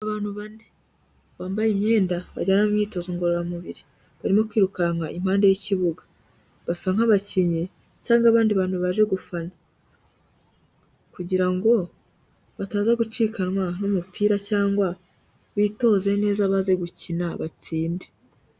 Abantu bane bambaye imyenda bagera mu imyitozo ngororamubiri, barimo kwirukanka impande y'ikibuga, basa nk'abakinnyi cyangwa abandi bantu baje gufana, kugira ngo bataza gucikanwa n'umupira cyangwa bitoze neza baze gukina batsinde.